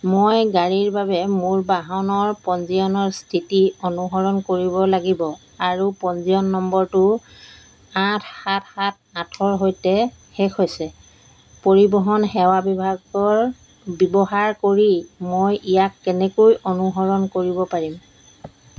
মই গাড়ীৰ বাবে মোৰ বাহনৰ পঞ্জীয়নৰ স্থিতি অনুসৰণ কৰিব লাগিব আৰু পঞ্জীয়ন নম্বৰটো আঠ সাত সাত আঠৰ সৈতে শেষ হৈছে পৰিবহণ সেৱা বিভাগৰ ব্যৱহাৰ কৰি মই ইয়াক কেনেকৈ অনুসৰণ কৰিব পাৰিম